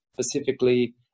specifically